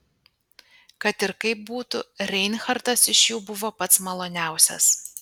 kad ir kaip būtų reinhartas iš jų buvo pats maloniausias